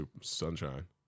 sunshine